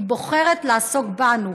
היא בוחרת לעסוק בנו.